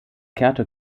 kehrte